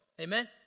Amen